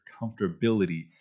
comfortability